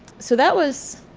so that was,